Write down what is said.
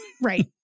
Right